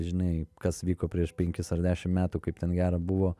žinai kas vyko prieš penkis ar dešimt metų kaip ten gera buvo